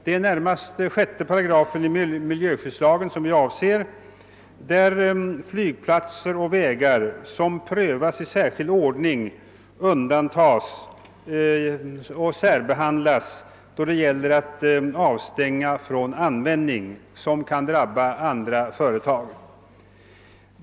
Det är närmast 6 8 i miljöskyddslagen som vi avser. Enligt denna undantas och särbehandlas flygplatser och vägar, som prövas i särskild ordning, då det gäller att avstänga dem från användning som kan drabba andra företag.